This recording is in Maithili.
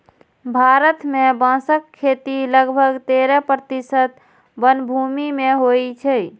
भारत मे बांसक खेती लगभग तेरह प्रतिशत वनभूमि मे होइ छै